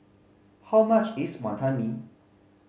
how much is Wantan Mee